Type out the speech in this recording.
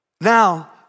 Now